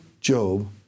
Job